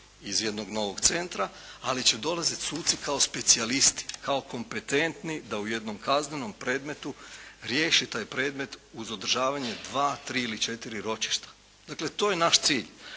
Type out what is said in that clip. iz jednog novog centra, ali će dolaziti suci kao specijalisti, kao kompetentni da u jednom kaznenom predmetu riješi taj predmet uz održavanje dva, tri ili četiri ročišta. Dakle to je naš cilj.